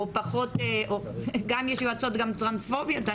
יש גם יועצות טרנספוביות.